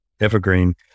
Evergreen